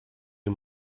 him